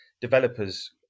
developers